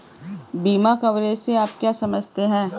बीमा कवरेज से आप क्या समझते हैं?